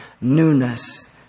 newness